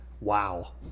wow